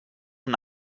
una